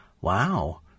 Wow